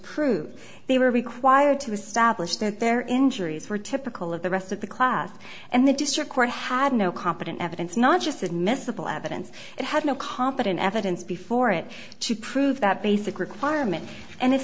prove they were required to establish that their injuries were typical of the rest of the class and the district court had no competent evidence not just admissible evidence it had no competent evidence before it to prove that basic requirement and if